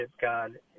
God